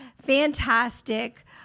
fantastic